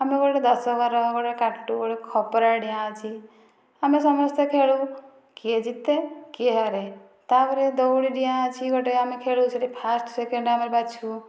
ଆମେ ଗୋଟିଏ ଦଶ ଘର ଗୋଟିଏ କାଟୁ ଖପରା ଡିଆଁ ଅଛି ଆମେ ସମସ୍ତେ ଖେଳୁ କିଏ ଜିତେ କିଏ ହାରେ ତା'ପରେ ଦୌଡ଼ିଡିଆଁ ଅଛି ଗୋଟିଏ ଆମେ ଖେଳୁ ସେହିଠି ଫାଷ୍ଟ ସେକେଣ୍ଡ ଆମେ ବାଛୁ